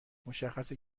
مشخصه